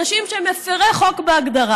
אנשים שהם מפירי חוק בהגדרה,